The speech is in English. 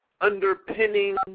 underpinning